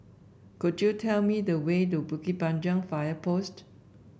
could you tell me the way to Bukit Panjang Fire Post